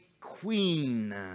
queen